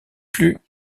plus